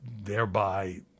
thereby